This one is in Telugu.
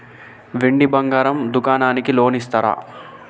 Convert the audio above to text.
వెండి బంగారం దుకాణానికి లోన్ ఇస్తారా?